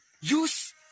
use